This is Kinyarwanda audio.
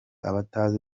abatazi